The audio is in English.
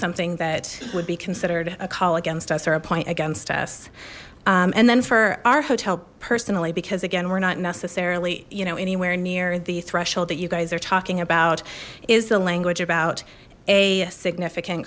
something that would be considered a call against us or a point against us and then for our hotel personally because again we're not necessarily you know anywhere near the threshold that you guys are talking about is the language about a significant